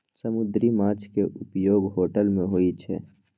समुन्दरी माछ केँ उपयोग होटल मे होइ छै